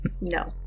no